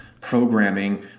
programming